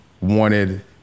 wanted